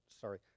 sorry